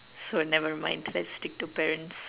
so nevermind let's stick to parents